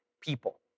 people